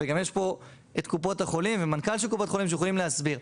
וגם יש פה את קופות החולים ומנכ"ל קופות החולים שיכולים להסביר.